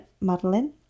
Madeline